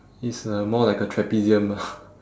it's uh more like a trapezium ah